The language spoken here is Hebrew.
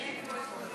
נא לסיים.